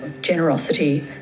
generosity